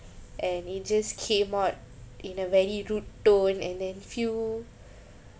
and it just came out in a very rude tone and then feel